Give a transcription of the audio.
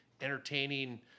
entertaining